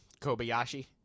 Kobayashi